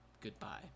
goodbye